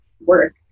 work